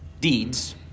deeds